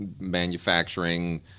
manufacturing